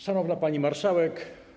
Szanowna Pani Marszałek!